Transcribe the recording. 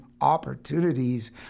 opportunities